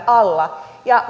alla ja